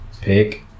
Pick